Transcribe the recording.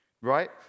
Right